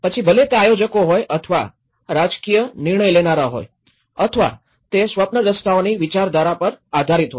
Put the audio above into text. પછી ભલે તે આયોજકો હોય અથવા રાજકીય નિર્ણય લેનારા હોય અથવા તે સ્વપ્નદ્રષ્ટાઓની વિચારધારા પર આધારિત હોય